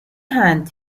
hand